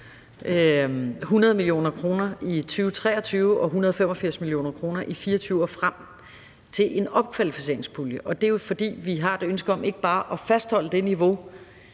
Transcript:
100 mio. kr. i 2023 og 185 mio. kr. i 2024 og frem til en opkvalificeringspulje. Og det er jo, fordi vi har et ønske om ikke bare at fastholde det niveau,